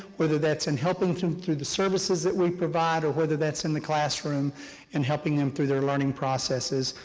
whether that's and helping them through the services that we provide, or whether that's in the classroom and helping them through their learning processes,